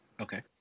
Okay